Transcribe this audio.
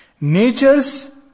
Nature's